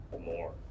more